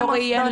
לא ראיין,